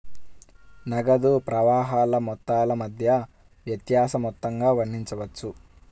నగదు ప్రవాహాల మొత్తాల మధ్య వ్యత్యాస మొత్తంగా వర్ణించవచ్చు